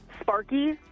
Sparky